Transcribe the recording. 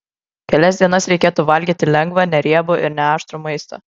kelias dienas reikėtų valgyti lengvą neriebų ir neaštrų maistą